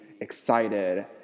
excited